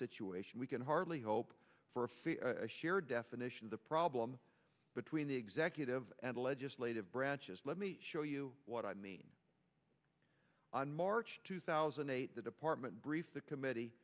situation we can hardly hope for a fair share definition of the problem between the executive and legislative branches let me show you what i mean in march two thousand and eight the department briefed the committee